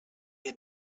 had